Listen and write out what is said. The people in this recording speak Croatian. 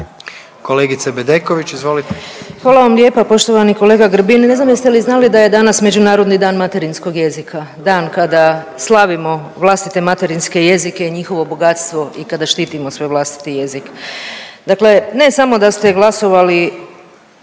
izvolite. **Bedeković, Vesna (HDZ)** Hvala vam lijepa. Poštovani kolega Grbin ne znam jeste li znali da je danas međunarodni dan materinskog jezika. Dan kada slavimo vlastite materinske jezike i njihovo bogatstvo i kada štitimo svoj vlastiti jezik. Dakle ne samo da ste glasovali